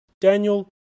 Daniel